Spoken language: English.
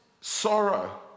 sorrow